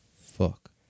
fuck